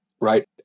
right